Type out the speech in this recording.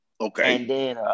Okay